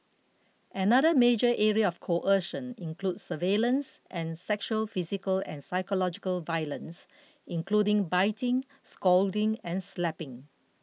another major area of coercion included surveillance and sexual physical and psychological violence including biting scalding and slapping